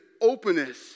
openness